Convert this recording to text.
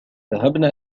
ذهبنا